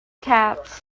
taps